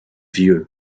vieux